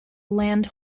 land